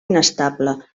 inestable